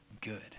good